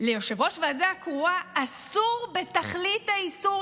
ליושב-ראש ועדה קרואה אסור בתכלית האיסור